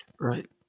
Right